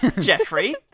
Jeffrey